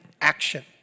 action